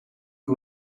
the